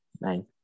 nine